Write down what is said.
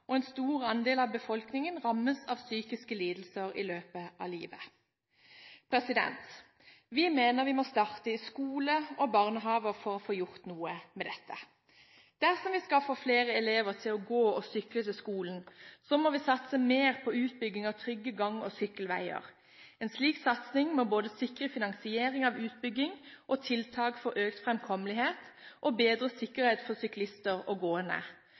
og en stor andel av befolkningen rammes av psykiske lidelser i løpet av livet. Vi mener vi må starte i skoler og barnehager for å få gjort noe med dette. Dersom vi skal få flere elever til å gå og sykle til skolen, må vi satse mer på utbygging av trygge gang- og sykkelveier. En slik satsing må både sikre finansiering av utbygging og tiltak for økt framkommelighet og bedre sikkerheten for syklister og gående.